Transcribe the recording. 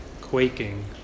Quaking